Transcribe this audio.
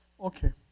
okay